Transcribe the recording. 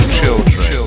children